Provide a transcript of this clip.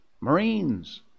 Marines